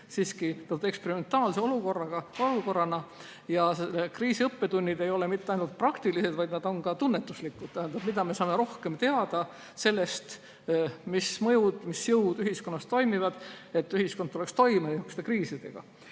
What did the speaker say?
siiski eksperimentaalse olukorrana. Selle kriisi õppetunnid ei ole mitte ainult praktilised, vaid nad on ka tunnetuslikud, tähendab, me saame rohkem teada sellest, mis mõjud, mis jõud ühiskonnas toimivad, et ühiskond tuleks niisuguste kriisidega